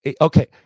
okay